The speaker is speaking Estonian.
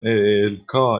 eelk